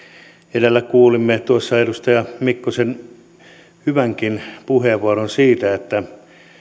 edellä kuulimme edustaja mikkosen hyvänkin puheenvuoron siitä että